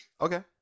Okay